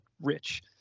rich